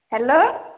hello